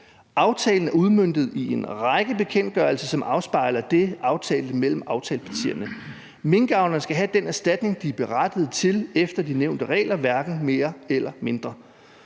Aftalen er udmøntet i en række bekendtgørelser, som afspejler det aftalte mellem aftalepartierne. Minkavlerne skal have den erstatning, de er berettiget til efter de nævnte regler, hverken mere eller mindre.